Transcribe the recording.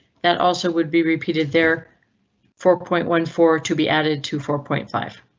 that also would be repeated there four point one four to be added to four point five.